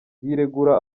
yiregura